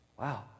Wow